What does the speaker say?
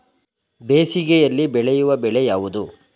ಬೇಸಿಗೆಯಲ್ಲಿ ಬೆಳೆಯುವ ಬೆಳೆ ಯಾವುದು?